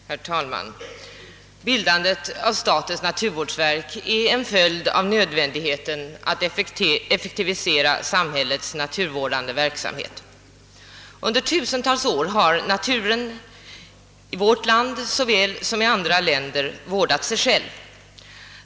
Herr talman! Bildandet av statens naturvårdsverk är en följd av nödvändigheten att effektivisera samhällets naturvårdande verksamhet. Under tusentals år har naturen i vårt land såväl som i andra länder vårdat sig själv.